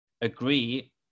agree